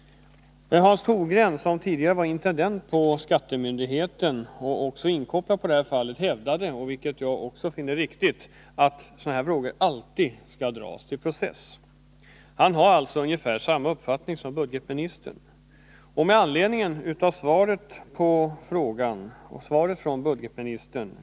Men Hans Torngren, som tidigare var intendent på skattemyndigheten och inkopplad på det här fallet, hävdade — vilket jag också finner riktigt — att sådana här frågor alltid skall föras till process. Han har alltså ungefär samma uppfattning som budgetministern. Med anledning av budgetministerns svar på min fråga.